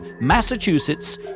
Massachusetts